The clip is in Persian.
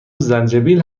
زنجبیل